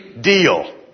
deal